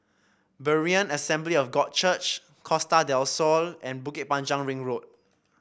Berean Assembly of God Church Costa Del Sol and Bukit Panjang Ring Road